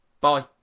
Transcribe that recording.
Bye